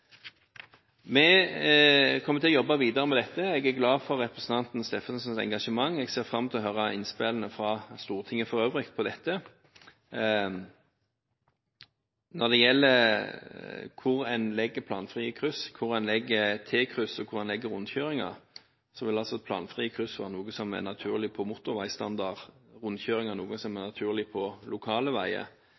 kommer til å jobbe videre med dette. Jeg er glad for representanten Steffensens engasjement. Jeg ser fram til å høre innspillene fra Stortinget for øvrig på dette. Når det gjelder hvor en legger planfrie kryss, hvor en legger T-kryss, og hvor en legger rundkjøringer, vil planfrie kryss være noe som er naturlig ved motorveistandard, og rundkjøringer vil være naturlig på lokale veier.